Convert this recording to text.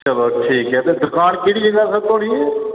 चलो ठीक ऐ ते दकान केह्ड़ी जगहा ऐ थुहाड़ी